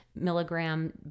Milligram